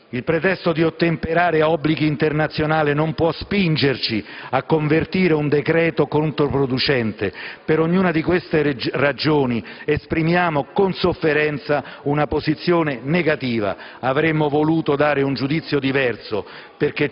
Il pretesto di ottemperare a obblighi internazionali non può spingerci a convertire un decreto controproducente. Per ognuna di queste ragioni esprimiamo con sofferenza una posizione negativa. Avremmo voluto dare un giudizio diverso,